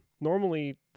normally